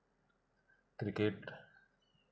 cricket